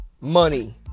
money